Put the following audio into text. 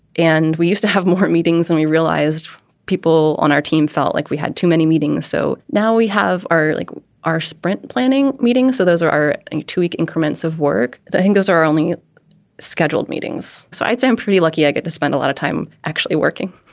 and we used to have more meetings and we realized people on our team felt like we had too many meetings. so now we have our like our sprint planning meetings. so those are our two week increments of work. the angles are only scheduled meetings. so i guess i'm pretty lucky i get to spend a lot of time actually working